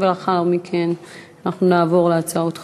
ולאחר מכן נעבור להצעות חוק.